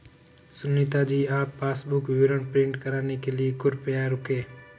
सुनीता जी आप पासबुक विवरण प्रिंट कराने के लिए कृपया रुकें